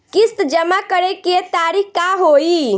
किस्त जमा करे के तारीख का होई?